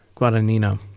Guadagnino